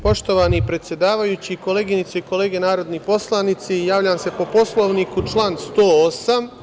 Poštovani predsedavajući, koleginice i kolege narodni poslanici, javljam se po Poslovniku, član 108.